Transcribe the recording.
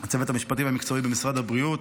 לצוות המשפטי והמקצועי במשרד הבריאות.